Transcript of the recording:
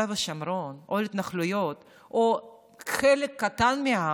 ושומרון או ההתנחלויות או חלק קטן מהעם,